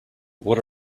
what